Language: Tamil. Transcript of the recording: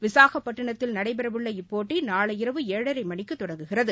விசாகப்பட்டினத்தில் நடைபெறவுள்ள இப்போட்டி நாளை இரவு ஏழரை மணிக்கு தொடங்குகிறது